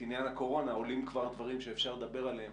עניין הקורונה עולים כבר דברים שאפשר לדבר עליהם